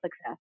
success